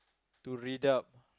to read up